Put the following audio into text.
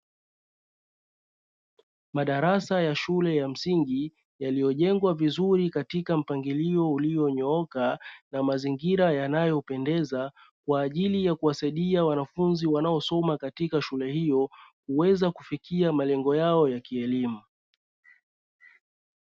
Madarasa ya shule ya msingi yaliyojengwa vizuri katika mpangilio ulionyooka na mazingira yanayopendeza, kwayajili ya kuwasaidia wanafunzi wanaosoma katika shule hiyo, kuweza kufikia malengo yao ya kielimu.